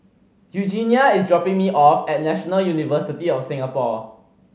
Eugenia is dropping me off at National University of Singapore